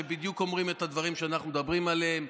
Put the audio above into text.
שבדיוק אומרים את הדברים שאנחנו מדברים עליהם,